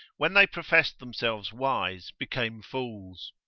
when they professed themselves wise, became fools.